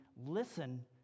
listen